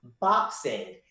boxing